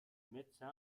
médecin